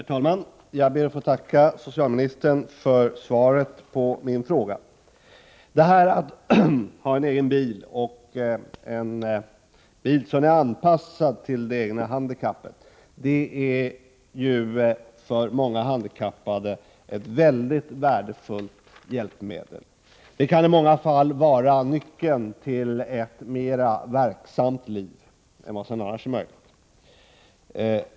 Herr talman! Jag ber att få tacka socialministern för svaret på min fråga. En egen bil, och då en bil som är anpassad till det egna handikappet, är för många handikappade ett mycket värdefullt hjälpmedel. Det kan i många fall vara nyckeln till ett mera verksamt liv.